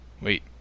Wait